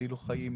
יצילו חיים,